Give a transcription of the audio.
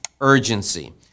urgency